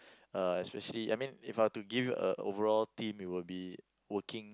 uh especially I mean if I were to give a overall theme it will be working